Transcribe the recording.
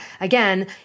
again